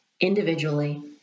individually